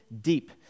deep